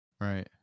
right